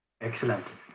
Excellent